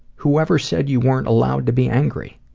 whoever said you weren't allowed to be angry?